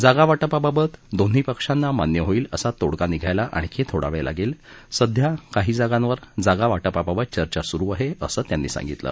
जागावाटपाबाबत दोन्ही पक्षांना मान्य होईल असा तोडगा निघायला आणखी थोडा वेळ लागेल सध्या काही जागांवर जागावाटपाबाबत चर्चा सुरू आहे असं त्यांनी सांगितलं